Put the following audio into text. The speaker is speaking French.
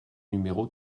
numéro